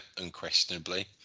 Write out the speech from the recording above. unquestionably